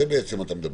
על זה בעצם אתה מדבר.